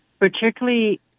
particularly